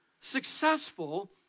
Successful